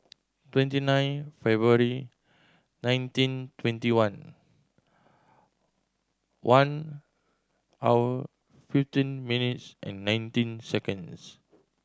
twenty nine February nineteen twenty one one hour fifteen minutes and nineteen seconds